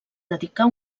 dedicar